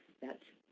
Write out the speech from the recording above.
that's